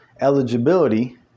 eligibility